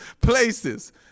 places